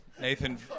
Nathan